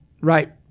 right